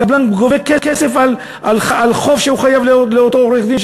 הקבלן גובה כסף על חוב שהוא חייב לאותו עורך-דין,